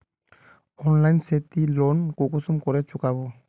Online से ती loan कुंसम करे चुकाबो?